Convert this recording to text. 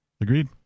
Agreed